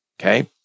okay